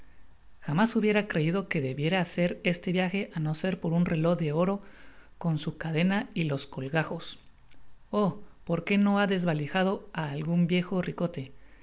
jamás hubiera creido que debiera hacer este viaje á no ser por un reló de oro con su cadena y los colgajos oh por qué no ha desvalijado á algun viejo ricote